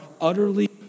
utterly